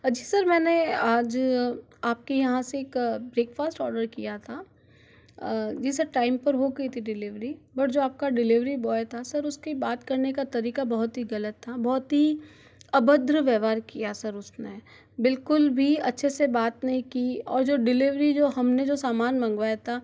आ जी सर मैंने आज आपके यहाँ से एक ब्रेकफास्ट आर्डर किया था जी सर टाइम पर हो गई थी डेलीवरी बट जो आपका डेलीवेरी बॉय था उसकी बात करने का तरीका बहुत ही गलत था बहुत ही अभद्र व्यवहार किया सर उसने बिल्कुल भी अच्छे से बात नहीं की और जो डिलेवरी जो हमने जो सामान मंगवाया था